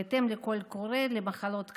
בהתאם לקול קורא למחלות קשות.